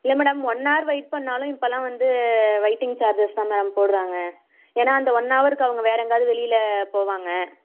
இல்லை madam one hour wait பண்ணாலும் இப்போலாம் வந்து வைட்டிங் சார்ஜஸ்தான் மேம் போட்றாங்க ஏன்னா அந்த ஒன்னவருக்கு அவங்க வேறு எங்காவது வெளியில் போவாங்க